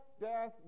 death